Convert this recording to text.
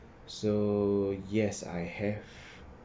so yes I have